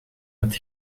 met